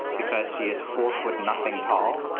because she is four foot nothing tall.